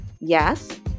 Yes